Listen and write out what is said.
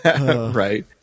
right